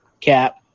Cap